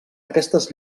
aquestes